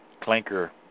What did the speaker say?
Clinker